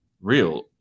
real